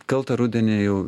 kaltą rudenį jau